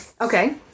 Okay